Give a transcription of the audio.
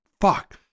fuck